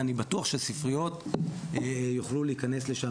ואני בטוח שהספריות יוכלו להיכנס לשם.